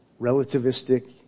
relativistic